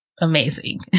amazing